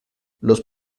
los